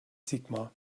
sigmar